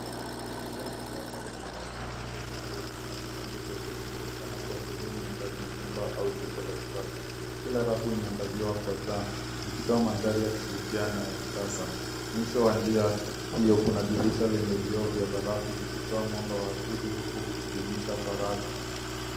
Njia nyembamba enye rafu zilizojengwa ukutani pande zote inaonekana kwa sehemu ya ndani ya nyumba au jengo la kisasa. Kila rafu imeangaziwa kwa taa zikitoa mandhari ya kuvutia na ya kisasa. Mwisho wa njia pia kuna dirisha lenye vio vya barafu vikitoa mwanga wa asili huku vikidumisha faragha.